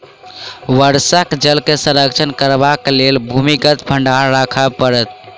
वर्षाक जल के संरक्षण करबाक लेल भूमिगत भंडार राखय पड़त